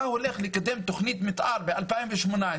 אתה הולך לקדם תכנית מתאר ב-2018,